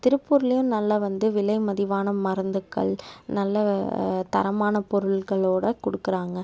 திருப்பூர்லேயும் நல்லா வந்து விலை மதிவான மருந்துகள் நல்லா தரமான பொருள்களோட கொடுக்கறாங்க